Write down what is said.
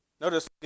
Notice